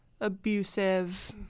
abusive